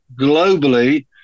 globally